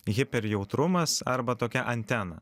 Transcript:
hiper jautrumas arba tokia antena